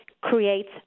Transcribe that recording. creates